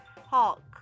Hulk